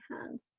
hand